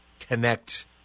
connect